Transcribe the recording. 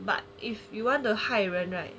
but if you want to 害人 right